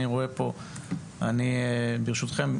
ברשותכם,